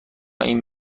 این